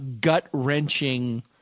gut-wrenching